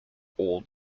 old